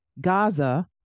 Gaza